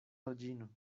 reĝino